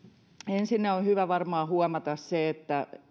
ensinnä on hyvä varmaan huomata se että